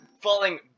Falling